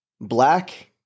black